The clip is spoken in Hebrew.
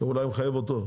זה אולי מחייב אותו.